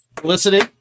Felicity